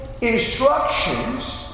instructions